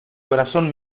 corazón